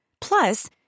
Plus